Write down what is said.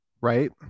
right